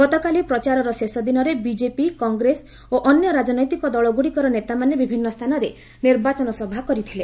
ଗତକାଲି ପ୍ରଚାରର ଶେଷ ଦିନରେ ବିଜେପି କଂଗ୍ରେସ ଓ ଅନ୍ୟ ରାଜନୈତିକ ଦଳଗୁଡ଼ିକର ନେତାମାନେ ବିଭିନ୍ନ ସ୍ଥାନରେ ନିର୍ବାଚନ ସଭା କରିଥିଲେ